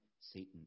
Satan